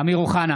אמיר אוחנה,